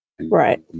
Right